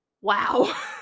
wow